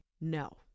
no